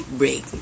break